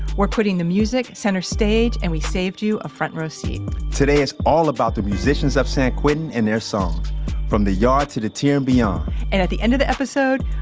we're putting the music center stage, and we saved you a front row seat today is all about the musicians of san quentin and their songs from the yard to the tier and beyond and at the end of the episode,